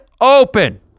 open